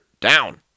down